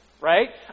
right